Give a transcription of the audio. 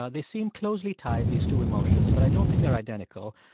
ah they seem closely tied, these two emotions, but i don't think they're identical.